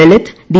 Lalit D